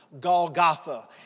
Golgotha